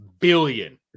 billion